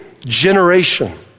generation